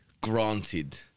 granted